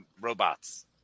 robots